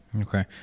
Okay